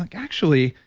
like actually,